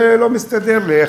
זה לא מסתדר לי,